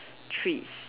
treats